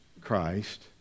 Christ